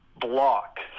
block